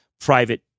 private